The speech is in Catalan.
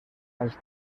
als